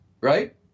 right